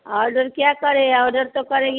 order क्या करें order तो करेगी